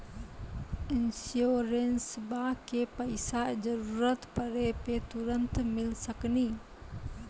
इंश्योरेंसबा के पैसा जरूरत पड़े पे तुरंत मिल सकनी?